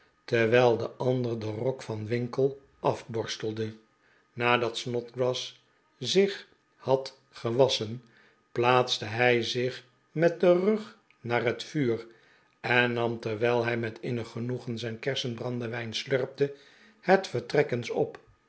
terwijl de ander den rok van winkle afborstelde nadat snodgrass zich had gewasschen plaatste hij zich met den rug naar het vuur en nam terwijl hij met innig genoegen zijn kersenbrandewijn slurpte het vertrek eens op